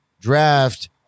draft